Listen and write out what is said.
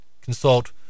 consult